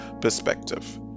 perspective